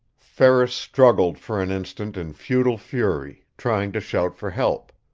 ferris struggled for an instant in futile fury, trying to shout for help.